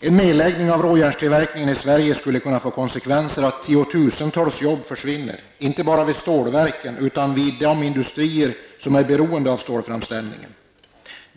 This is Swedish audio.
En nedläggning av råjärnstillverkningen i Sverige skulle kunna få konsekvensen att tiotusentals jobb försvinner, inte bara vid stålverken, utan vid de industrier som är beroende av stålframställningen.